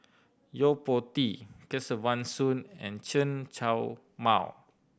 Yo Po Tee Kesavan Soon and Chen Show Mao